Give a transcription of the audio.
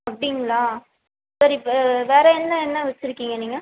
அப்படிங்களா சரி வே வேறு என்ன எண்ணெய் வச்சுருக்கீங்க நீங்கள்